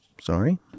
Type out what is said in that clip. Sorry